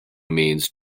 means